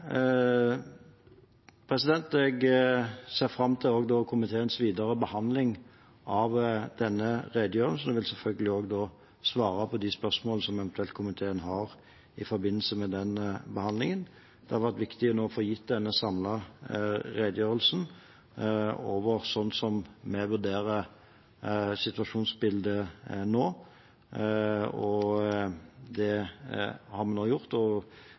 Jeg ser fram til komiteens videre behandling av denne redegjørelsen. Jeg vil selvfølgelig også svare på de spørsmålene som komiteen eventuelt måtte ha i forbindelse med den behandlingen. Det var viktig å få gitt denne samlede redegjørelsen for hvordan vi vurderer situasjonsbildet nå. Det har vi nå gjort, og